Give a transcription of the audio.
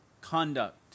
conduct